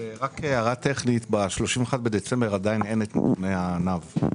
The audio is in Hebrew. הערה טכנית, ב-31 בדצמבר עדיין אין דמי הענף.